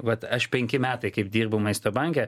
vat aš penki metai kaip dirbau maisto banke